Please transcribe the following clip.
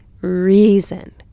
reason